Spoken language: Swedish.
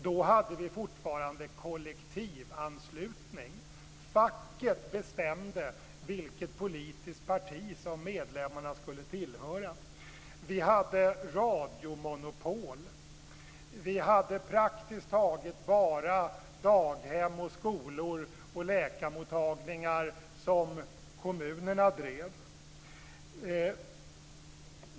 Då hade vi fortfarande kollektivanslutning. Facket bestämde vilket politiskt parti som medlemmarna skulle tillhöra. Vi hade radiomonopol. Vi hade praktiskt taget bara daghem, skolor och läkarmottagningar som kommunerna drev.